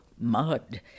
Mud